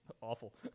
awful